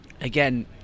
Again